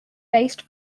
based